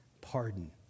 pardon